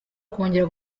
kongera